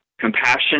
compassion